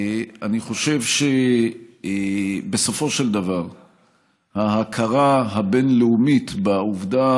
אני חושב שבסופו של דבר ההכרה הבין-לאומית בעובדה